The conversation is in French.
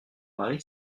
mari